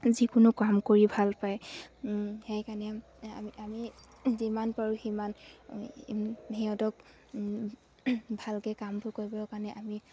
যিকোনো কাম কৰি ভাল পায় সেইকাৰণে আমি যিমান পাৰোঁ সিমান সিহঁতক ভালকে কামবোৰ কৰিবৰ কাৰণে আমি